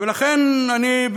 לכן אני,